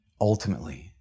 ultimately